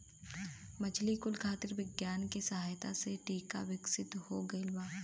मछली कुल खातिर विज्ञान के सहायता से टीका विकसित हो गइल बा